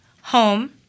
Home